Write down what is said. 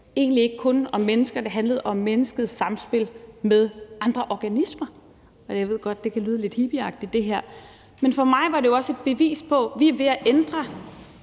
egentlig ikke kun handlede om mennesker, det handlede om menneskets samspil med andre organismer. Jeg ved godt, det kan lyde lidt hippieagtigt, det her, men for mig var det også et bevis på, at vi mennesker